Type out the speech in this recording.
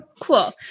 Cool